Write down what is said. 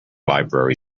library